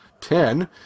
ten